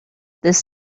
this